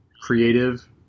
creative